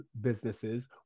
businesses